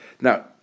Now